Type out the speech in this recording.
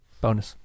bonus